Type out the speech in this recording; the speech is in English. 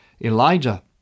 Elijah